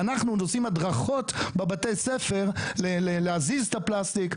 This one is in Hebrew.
ואנחנו עוד עושים הדרכות בבתי ספר להזיז את הפלסטיק,